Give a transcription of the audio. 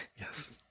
Yes